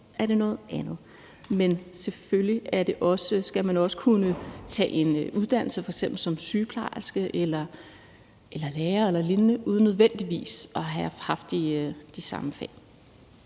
er det noget andet. Men selvfølgelig skal man også kunne tage en uddannelse f.eks. som sygeplejerske eller lærer eller lignende uden nødvendigvis at have haft de samme fag.